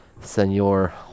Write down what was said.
Senor